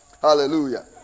Hallelujah